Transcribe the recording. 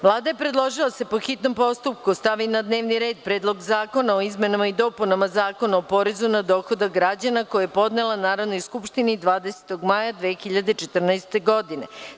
Vlada je predložila da se po hitnom postupku stavi na dnevni red Predlog zakona o izmenama i dopunama Zakona o porezu na dohodak građana, koji je podnela Narodnoj skupštini 20. maja 2014. godine.